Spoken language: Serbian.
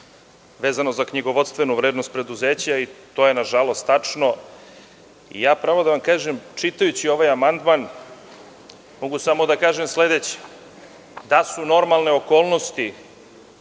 vezano za knjigovodstvenu vrednost preduzeća i to je tačno. Pravo da vam kažem, čitajući ovaj amandman mogu samo da kažem sledeće. Da su normalne okolnosti,